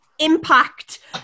impact